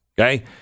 Okay